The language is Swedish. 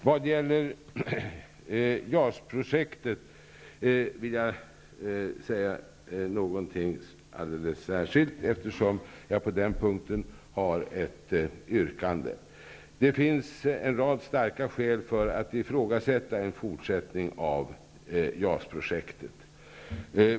Jag vill särskilt säga några ord om JAS-projektet, eftersom jag på denna punkt har ett yrkande. Det finns en rad starka skäl för att ifrågasätta en fortsättning av JAS-projektet.